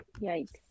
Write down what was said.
Yikes